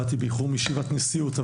באתי באיחור מישיבת נשיאות,